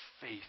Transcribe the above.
faith